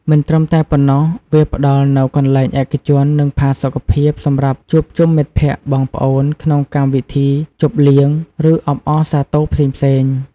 មិនត្រឹមតែប៉ុណ្ណោះ វាផ្តល់នូវកន្លែងឯកជន និងផាសុកភាពសម្រាប់ជួបជុំមិត្តភក្តិ បងប្អូន ក្នុងកម្មវិធីជប់លៀង ឬអបអរសាទរផ្សេងៗ។